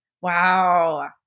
Wow